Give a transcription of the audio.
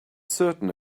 certain